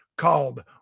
called